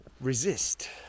resist